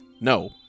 No